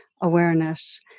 awareness